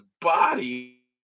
body